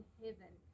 heaven